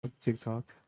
TikTok